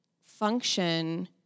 function